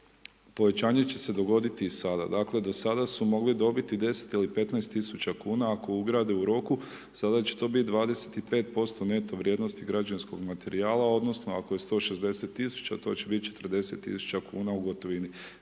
Povećanje će se dogoditi sada. Dakle, do sada su mogli dobiti 10 ili 15.000,00 kn ako ugrade u roku, sada će to biti 25% neto vrijednosti građevinskog materijala odnosno ako je 160.000,00 kn to će biti 40.000,00 kn u gotovini.